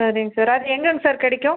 சரிங்க சார் அது எங்கங்க சார் கிடைக்கும்